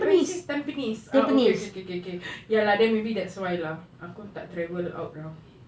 where is it tampines ah okay okay okay ya lah maybe that's why aku tak travel out lah